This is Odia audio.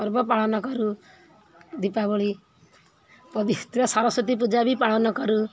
ପର୍ବ ପାଳନ କରୁ ଦୀପାବଳି ପବିତ୍ର ସରସ୍ଵତୀ ପୂଜା ବି ପାଳନ କରୁ